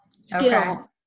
skill